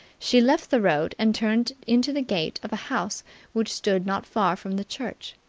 she left the road and turned into the gate of a house which stood not far from the church.